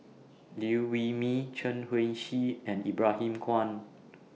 Liew Wee Mee Chen Wen Hsi and Ibrahim Awang